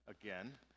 again